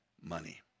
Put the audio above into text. money